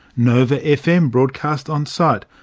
nova fm broadcast on-site,